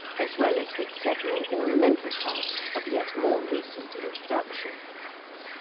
as well as with several ornamental types of yet more recent introduction.